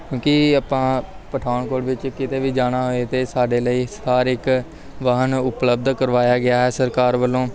ਕਿ ਆਪਾਂ ਪਠਾਨਕੋਟ ਵਿੱਚ ਕਿਤੇ ਵੀ ਜਾਣਾ ਹੋਵੇ ਤਾਂ ਸਾਡੇ ਲਈ ਸਾਰੇ ਇੱਕ ਵਾਹਨ ਉਪਲੱਬਧ ਕਰਵਾਇਆ ਗਿਆ ਹੈ ਸਰਕਾਰ ਵੱਲੋਂ